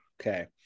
Okay